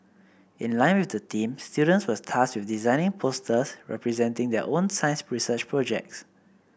in line with the theme students were tasked with designing posters representing their own science research projects